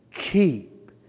Keep